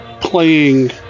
playing